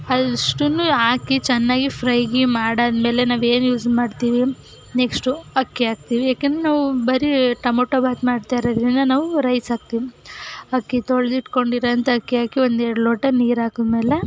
ಅದಷ್ಟನ್ನೂ ಹಾಕಿ ಚೆನ್ನಾಗಿ ಫ್ರೈ ಗಿ ಮಾಡಾದ್ಮೇಲೆ ನಾವೇನು ಯೂಸ್ ಮಾಡ್ತೀವಿ ನೆಕ್ಸ್ಟು ಅಕ್ಕಿ ಹಾಕ್ತೀವಿ ಯಾಕೆಂದ್ರೆ ನಾವು ಬರೀ ಟೊಮೊಟೊ ಬಾತ್ ಮಾಡ್ತಾಯಿರೋದರಿಂದ ನಾವು ರೈಸ್ ಹಾಕ್ತೀವಿ ಅಕ್ಕಿ ತೊಳೆದಿಟ್ಕೊಂಡಿರುವಂಥ ಅಕ್ಕಿ ಹಾಕಿ ಒಂದು ಎರಡು ಲೋಟ ನೀರು ಹಾಕಾದ್ಮೇಲೆ